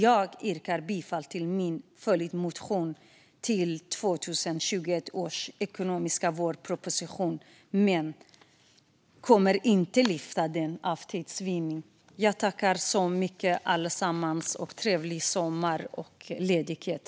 Jag står bakom min följdmotion till 2021 års ekonomiska vårproposition men kommer för tids vinning inte att yrka bifall till den. Jag tackar allesammans så mycket och önskar trevlig sommar och ledighet.